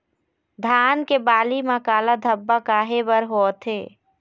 धान के बाली म काला धब्बा काहे बर होवथे?